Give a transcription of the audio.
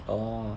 orh